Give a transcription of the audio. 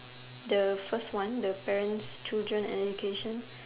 the first one the parents children and education